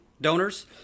donors